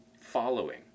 following